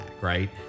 right